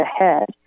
ahead